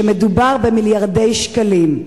שמדובר במיליארדי שקלים.